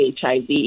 HIV